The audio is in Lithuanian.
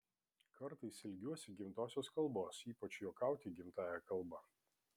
kartais ilgiuosi gimtosios kalbos ypač juokauti gimtąja kalba